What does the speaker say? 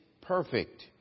perfect